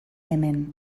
hemen